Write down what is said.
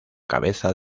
cabeza